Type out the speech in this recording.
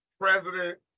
President